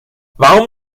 warum